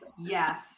Yes